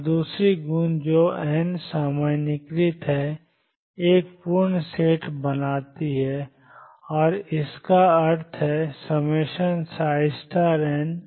और दूसरी गुण जो n सामान्यीकृत है एक पूर्ण सेट बनाती है और इसका अर्थ है∑nxnxδx x